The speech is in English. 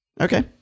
Okay